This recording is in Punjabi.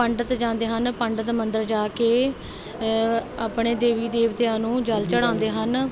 ਪੰਡਤ ਜਾਂਦੇ ਹਨ ਪੰਡਤ ਮੰਦਰ ਜਾ ਕੇ ਆਪਣੇ ਦੇਵੀ ਦੇਵਤਿਆਂ ਨੂੰ ਜਲ ਚੜ੍ਹਾਉਂਦੇ ਹਨ